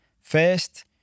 First